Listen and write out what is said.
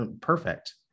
perfect